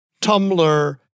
Tumblr